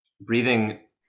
breathing